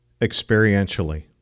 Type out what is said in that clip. experientially